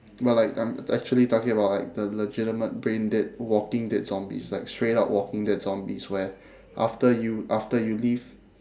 but like I'm actually talking about like the legitimate brain dead walking dead zombies like straight up walking dead zombies where after you after you leave